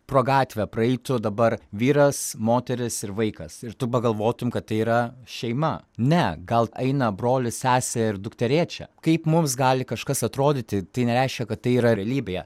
pro gatvę praeitų dabar vyras moteris ir vaikas ir tu pagalvotum kad tai yra šeima ne gal eina brolis sesė ir dukterėčia kaip mums gali kažkas atrodyti tai nereiškia kad tai yra realybėje